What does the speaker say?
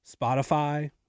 Spotify